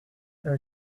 there